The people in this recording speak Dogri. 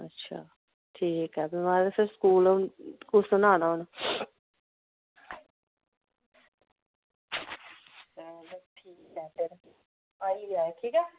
तुसें स्कूल आना हून